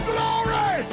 Glory